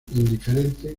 indiferente